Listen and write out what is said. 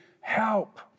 help